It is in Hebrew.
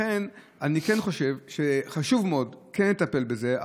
לכן אני כן חושב שחשוב מאוד כן לטפל בזה.